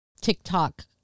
tiktok